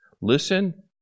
Listen